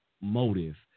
motive